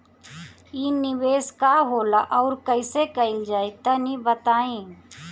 इ निवेस का होला अउर कइसे कइल जाई तनि बताईं?